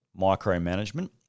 micromanagement